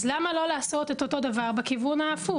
אז למה לא לעשות את אותו הדבר גם בכיוון ההפוך?